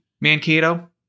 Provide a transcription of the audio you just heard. Mankato